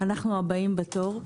אנחנו הבאים בתור.